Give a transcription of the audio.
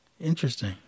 Interesting